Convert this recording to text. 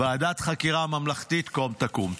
ועדת חקירה ממלכתית קום תקום.